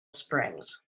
springs